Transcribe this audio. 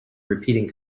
repeating